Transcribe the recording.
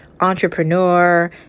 entrepreneur